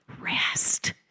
rest